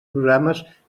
programes